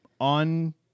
on